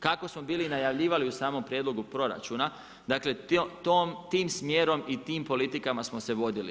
Kako smo bili najavljivali u samom prijedlogu proračuna, dakle tim smjerom i tim politikama smo se vodili.